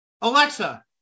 Alexa